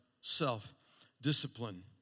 self-discipline